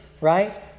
right